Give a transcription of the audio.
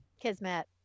Kismet